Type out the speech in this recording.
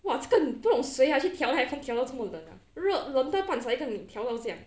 !wah! 这个不懂谁 ah 去调 aircon 调到这样冷 ah 热冷到半你去调到这样